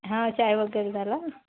हां चाय वगैरे झाला